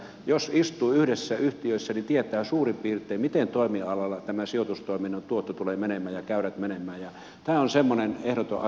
jos istuu yhdessä yhtiössä niin tietää suurin piirtein miten toimialalla sijoitustoiminnan tuotto ja käyrät tulevat menemään ja tämä on semmoinen ehdoton asia jota pitää tarkkailla